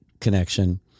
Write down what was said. connection